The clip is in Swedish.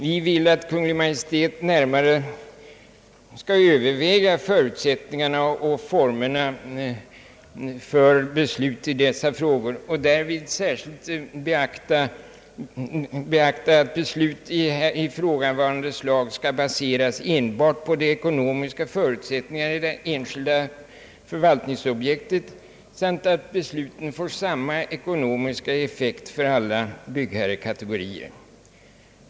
Vi vill att Kungl. Maj:t närmare skall överväga förutsättningarna och formerna för beslut i dessa frågor och därvid särskilt beakta, att beslut av ifrågavarande slag skall baseras enbart på de ekonomiska förutsättningarna hos det enskilda förvaltningsobjektet samt att besluten får samma ekonomiska effekt för alla byggherrekategorier.